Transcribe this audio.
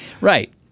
Right